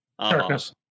darkness